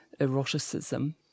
eroticism